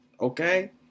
Okay